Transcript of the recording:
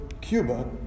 Cuba